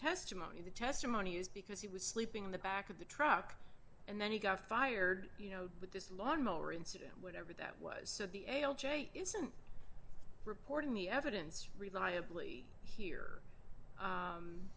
testimony the testimony is because he was sleeping in the back of the truck and then he got fired you know with this lawn mower incident whatever that was said the l j incident reporting the evidence reliably here